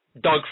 Doug